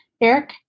Eric